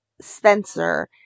Spencer